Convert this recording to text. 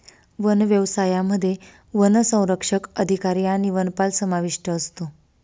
one व्यवसायामध्ये वनसंरक्षक अधिकारी आणि वनपाल समाविष्ट असतो